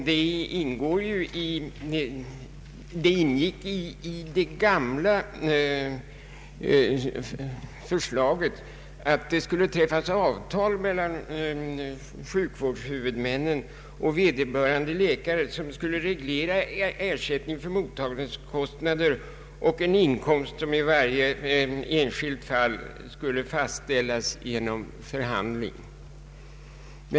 Det ingick i riksförsäkringsverkets förslag att avtal skulle träffas mellan sjukvårdshuvudmännen och vederbörande läkare vilket skulle reglera ersättning för mottagningskostnader och en inkomst som i varje enskilt fall skulle fastställas genom förhandling.